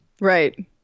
right